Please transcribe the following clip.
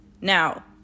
Now